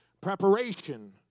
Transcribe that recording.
preparation